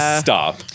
stop